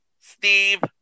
Steve